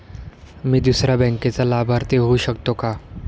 मी दुसऱ्या बँकेचा लाभार्थी होऊ शकतो का?